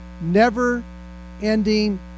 never-ending